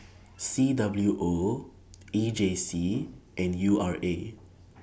C W O E J C and U R A